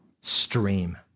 Stream